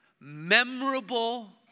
memorable